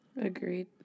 Agreed